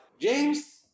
james